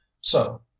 So